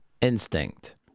Instinct